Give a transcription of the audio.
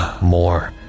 more